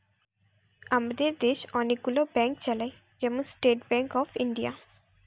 আমাদের দেশ অনেক গুলো ব্যাংক চালায়, যেমন স্টেট ব্যাংক অফ ইন্ডিয়া